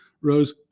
rose